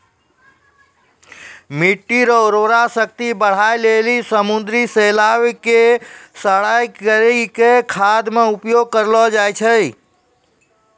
मिट्टी रो उर्वरा शक्ति बढ़ाए लेली समुन्द्री शैलाव के सड़ाय करी के खाद मे उपयोग करलो जाय छै